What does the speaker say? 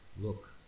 look